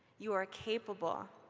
you are capable,